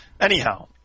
Anyhow